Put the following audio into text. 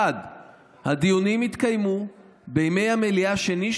1. הדיונים יתקיימו בימי המליאה שני,